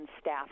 staff